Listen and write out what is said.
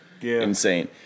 insane